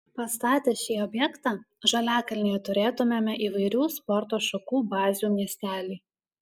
pastatę šį objektą žaliakalnyje turėtumėme įvairių sporto šakų bazių miestelį